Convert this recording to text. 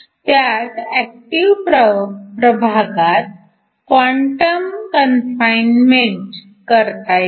त्यात ऍक्टिव्ह प्रभागात quantum confinement करता येते